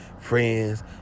friends